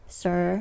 sir